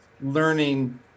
learning